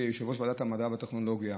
כיושב-ראש ועדת המדע והטכנולוגיה,